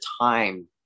time